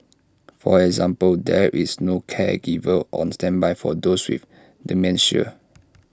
for example there is no caregiver on standby for those with dementia